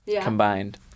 combined